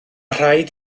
rhaid